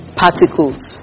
particles